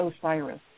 Osiris